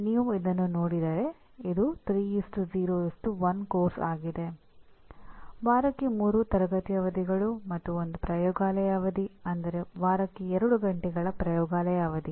ನೀವು ಇದನ್ನು ನೋಡಿದರೆ ಇದು 3 0 1 ಪಠ್ಯಕ್ರಮ ಆಗಿದೆ ವಾರಕ್ಕೆ 3 ತರಗತಿ ಅವಧಿಗಳು ಮತ್ತು 1 ಪ್ರಯೋಗಾಲಯ ಅವಧಿ ಅಂದರೆ ವಾರಕ್ಕೆ 2 ಗಂಟೆಗಳ ಪ್ರಯೋಗಾಲಯ ಅವಧಿ